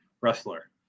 wrestler